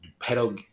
pedal